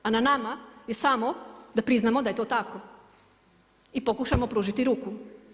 A na nama je samo da priznamo da je to tako i pokušamo pružiti ruku.